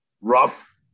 rough